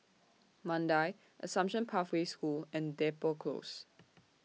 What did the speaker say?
Mandai Assumption Pathway School and Depot Close